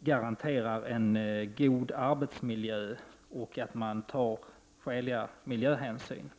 garanterar en god arbetsmiljö och tar skäliga miljöhänsyn.